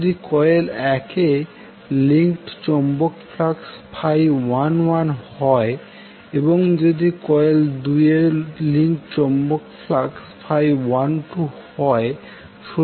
যদি কয়েল 1 এ লিংকড চৌম্বক ফ্লাক্স 11 হয় এবং যদি কয়েল 2 এ লিংকড চৌম্বক ফ্লাক্স 12হয়